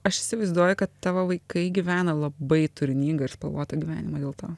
aš įsivaizduoju kad tavo vaikai gyvena labai turiningą ir spalvotą gyvenimą dėl to